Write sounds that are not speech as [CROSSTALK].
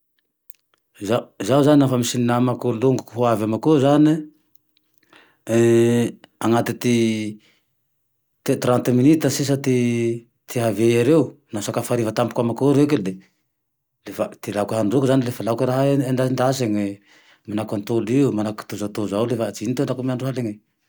Zaho zane lafa misy namako, longoko ho avy amako eo zane, [HESITATION] anaty ty trente minita sisa ty ihavia ereo, na hisakafo hariva tampoky amako eo reke le, le fa ty laoky handroako zane le fa laoky endaendasine, manahaky antoly io, manahaky kitozatoza io lefa ty iny ro ataoko amy andro haligne.